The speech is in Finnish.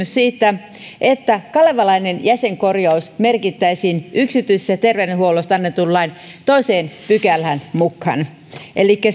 siitä että kalevalainen jäsenkorjaus merkittäisiin yksityisestä terveydenhuollosta annetun lain toiseen pykälään mukaan elikkä